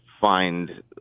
find